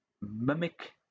mimic